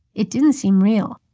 it didn't seem real,